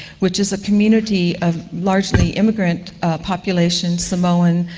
which is a community of largely immigrant populations, samoan,